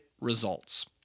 results